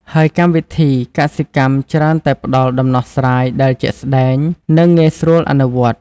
ហើយកម្មវិធីកសិកម្មច្រើនតែផ្ដល់ដំណោះស្រាយដែលជាក់ស្ដែង និងងាយស្រួលអនុវត្ត។